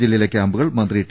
ജില്ലയിലെ ക്യാമ്പുകൾ മന്ത്രി ടി